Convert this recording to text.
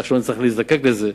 כך שלא נצטרך להזדקק לזה,